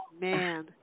man